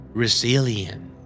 resilient